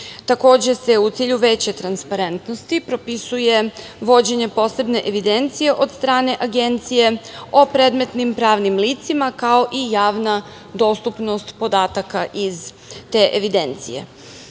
vlasti. Takođe se u cilju veće transparentnosti propisuje vođenje posebne evidencije od strane agencije o predmetnim pravnim licima kao i javna dostupnost podataka iz te evidencije. Ima